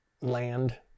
land